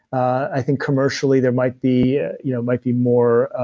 i think commercially there might be you know might be more,